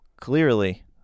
Clearly